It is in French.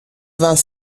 vingt